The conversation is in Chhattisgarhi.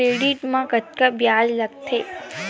क्रेडिट मा कतका ब्याज लगथे?